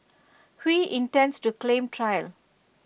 Hui intends to claim trial